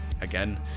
again